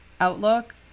outlook